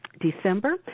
December